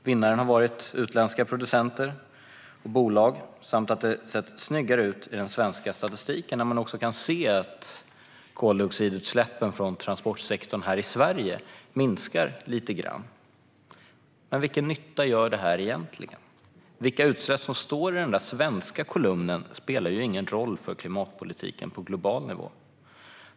Vinnaren har varit utländska producenter och bolag, och det har sett snyggare ut i den svenska statistiken när man kan se att koldioxidutsläppen från transportsektorn här i Sverige minskar lite grann. Men vilken nytta gör detta egentligen? Vilka utsläpp som står i den där svenska kolumnen spelar ingen roll för klimatpolitiken på global nivå.